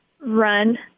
run